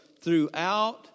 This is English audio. throughout